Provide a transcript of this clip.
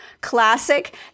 classic